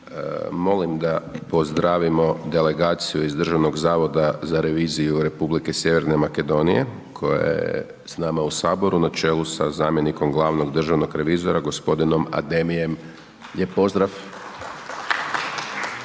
Molim da pozdravimo delegaciju iz Državnog zavoda za reviziju Republike Sjeverne Makedonije koja je s nama u HS na čelu sa zamjenikom glavnog državnog revizora g. Ademijem, lijep